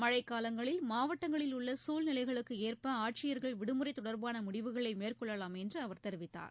மழைக்காலங்களில் மாவட்டங்களில் உள்ள சூழ்நிலைகளுக்கு ஏற்ப ஆட்சியர்கள் விடுமுறை தொடர்பான முடிவுகளை மேற்கொள்ளலாம் என்று அவர் தெரிவித்தார்